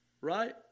Right